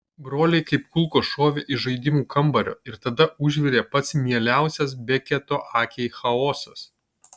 broliai kaip kulkos šovė iš žaidimų kambario ir tada užvirė pats mieliausias beketo akiai chaosas